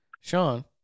Sean